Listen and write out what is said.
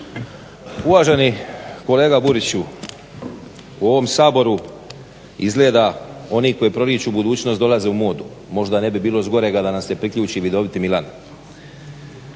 Uvaženi kolega Buriću, u ovom Saboru izgleda oni koji proriču budućnost dolaze u modu. Možda ne bi bilo zgorega da nam se priključi vidoviti Milan.